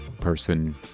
person